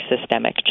systemic